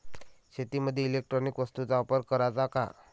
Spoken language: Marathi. शेतीमंदी इलेक्ट्रॉनिक वस्तूचा वापर कराचा का?